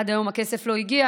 עד היום הכסף לא הגיע,